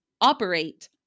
Operate